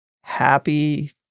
Happy